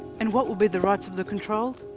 and what will be the rights of the controlled?